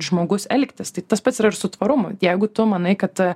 žmogus elgtis tai tas pats yra ir su tvarumu jeigu tu manai kad